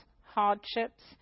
hardships